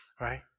right